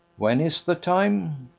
when is the time?